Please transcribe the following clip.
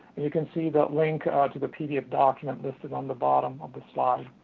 you can see the link to the pdf document, listed on the bottom of the slide.